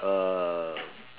err